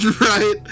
right